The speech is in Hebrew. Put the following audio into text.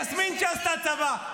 יסמין, שעשתה צבא,